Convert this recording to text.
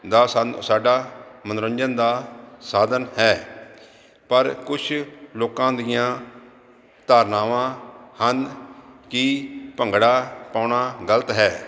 ਦਾ ਸਨ ਸਾਡਾ ਮਨੋਰੰਜਨ ਦਾ ਸਾਧਨ ਹੈ ਪਰ ਕੁਛ ਲੋਕਾਂ ਦੀਆਂ ਧਾਰਨਾਵਾਂ ਹਨ ਕਿ ਭੰਗੜਾ ਪਾਉਣਾ ਗਲਤ ਹੈ